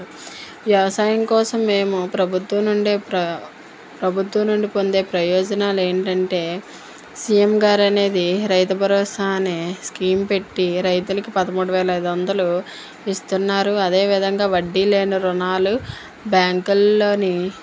వ్యవసాయం కోసం మేము ప్రభుత్వం నుండి ప్ర ప్రభుత్వం నుండి పొందే ప్రయోజనాలు ఏంటంటే సీఎం గారు అనేది రైతు భరోసా అనే స్కీమ్ పెట్టి రైతులకు పదమూడు వేల ఐదు వందలు ఇస్తున్నారు అదేవిధంగా వడ్డీ లేని ఋణాలు బ్యాంకులలో